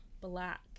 black